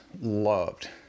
loved